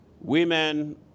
Women